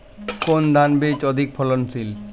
কোন ধান বীজ অধিক ফলনশীল?